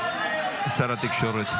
שר התקשורת,